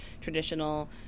traditional